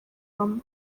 obama